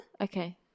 Okay